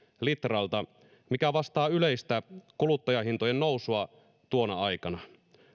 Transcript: litralta mikä vastaa yleistä kuluttajahintojen nousua tuona aikana